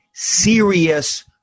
serious